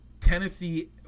Tennessee